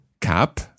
cap